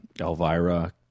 Elvira